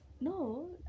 No